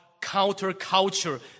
counterculture